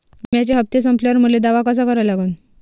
बिम्याचे हप्ते संपल्यावर मले दावा कसा करा लागन?